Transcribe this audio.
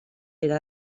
era